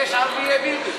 ויש ערביי ביבי.